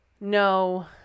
No